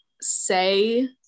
say